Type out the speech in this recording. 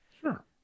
Sure